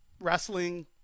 wrestling